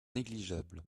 négligeable